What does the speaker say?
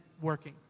working